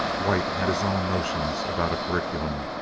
white had his own notions about a curriculum,